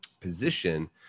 position